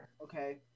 Okay